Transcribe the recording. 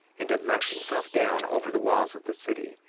and did let himself down over the walls of the city.